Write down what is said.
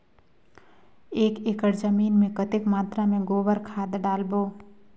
एक एकड़ जमीन मे कतेक मात्रा मे गोबर खाद डालबो?